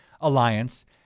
Alliance